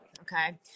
Okay